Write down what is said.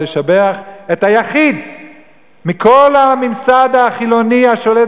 לשבח את היחיד מכל הממסד החילוני השולט